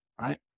Right